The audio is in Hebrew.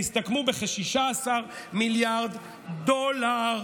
והסתכמו בכ-16 מיליארד דולר.